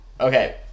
Okay